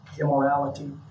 immorality